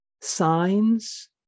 signs